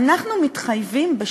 וגם על זה אנחנו מתריעים בימים